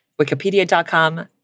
wikipedia.com